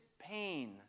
pain